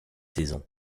saison